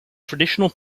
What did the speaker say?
traditional